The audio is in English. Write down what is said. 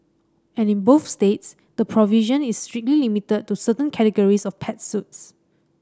and in both states the provision is strictly limited to certain categories of pet suits